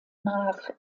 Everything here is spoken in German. nach